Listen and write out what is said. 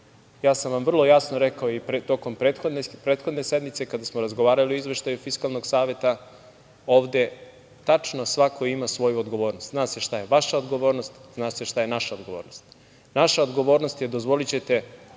Ja sam vam vrlo jasno rekao i tokom prethodne sednice, kada smo razgovarali o izveštaju Fiskalnog saveta. Ovde tačno svako ima svoju odgovornost. Zna se šta je vaša odgovornost, zna se šta je naša odgovornost. Naša odgovornost je, dozvolićete,